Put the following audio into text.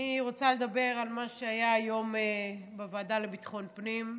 אני רוצה לדבר היום על מה שהיה בוועדה לביטחון הפנים.